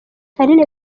aline